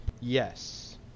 Yes